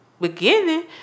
beginning